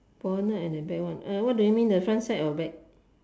bonnet and the back one uh what do you mean the front side or back